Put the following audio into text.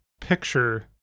picture